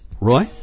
Roy